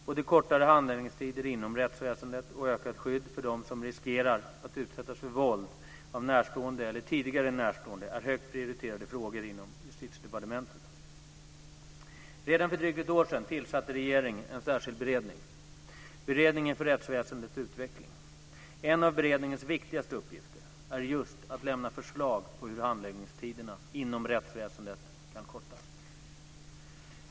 Både kortare handläggningstider inom rättsväsendet och ökat skydd för dem som riskerar att utsättas för våld av närstående eller tidigare närstående är högt prioriterade frågor inom Justitiedepartementet. Redan för drygt ett år sedan tillsatte regeringen en särskild beredning, Beredningen för rättsväsendets utveckling. En av beredningens viktigaste uppgifter är just att lämna förslag på hur handläggningstiderna inom rättsväsendet kan kortas.